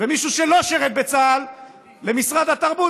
ומישהו שלא שירת בצה"ל למשרד התרבות,